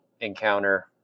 encounter